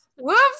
whoops